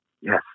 yes